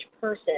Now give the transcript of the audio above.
person